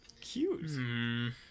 Cute